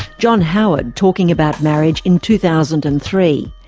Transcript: john howard talking about marriage in two thousand and three.